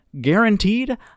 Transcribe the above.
guaranteed